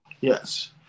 Yes